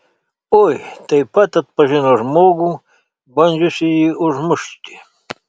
oi taip pat atpažino žmogų bandžiusįjį užmušti